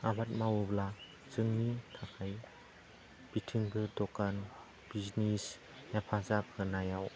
आबाद मावोब्ला जोंनि थाखाय बिथिंजाय दकान बिजनेस हेफाजाब होनायाव